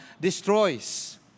destroys